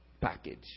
package